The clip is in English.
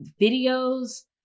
videos